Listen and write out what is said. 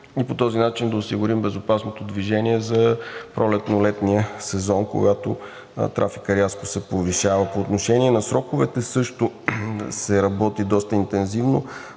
и по този начин да осигурим безопасното движение за пролетно летния сезон, когато трафикът рязко се повишава. По отношение на сроковете също се работи доста интензивно.